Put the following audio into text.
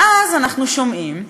ואז, אנחנו שומעים,